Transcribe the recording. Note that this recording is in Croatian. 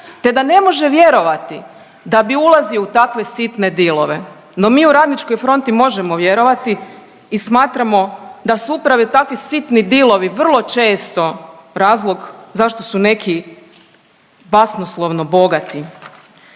te da ne može vjerovati da bi ulazio u takve sitne dilove. No mi u Radničkoj fronti možemo vjerovati i smatramo da su upravo takvi sitni dilovi vrlo često razlog zašto su neki basnoslovno bogati.